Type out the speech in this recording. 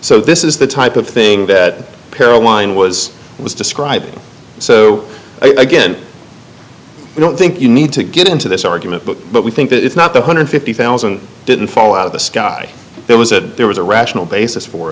so this is the type of thing that para one was was describing so again i don't think you need to get into this argument but we think that it's not the one hundred and fifty thousand dollars didn't fall out of the sky there was a there was a rational basis for